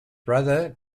brother